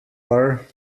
are